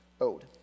owed